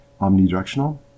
omnidirectional